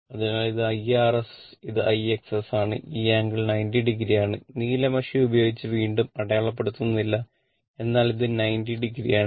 അതിനാൽ ഇത് IRs ഇത് IXs ആണ് ഈ ആംഗിൾ 90 o ആണ് നീല മഷി ഉപയോഗിച്ച് വീണ്ടും അടയാളപ്പെടുത്തുന്നില്ല എന്നാൽ ഇത് 90o ആണ്